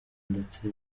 ndetse